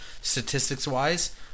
statistics-wise